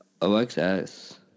OXS